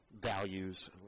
values